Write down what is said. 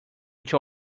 each